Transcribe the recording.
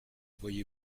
voyez